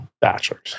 bachelors